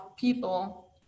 people